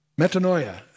metanoia